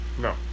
No